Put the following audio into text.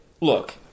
look